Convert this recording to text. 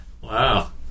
Wow